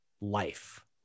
life